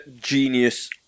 genius